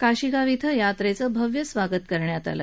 काशिगाव इथं यात्रेचं भव्य स्वागत करण्यात आलं